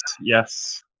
yes